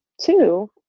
two